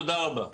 תודה רבה.